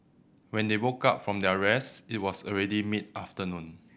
when they woke up from their rest it was already mid afternoon